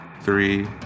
three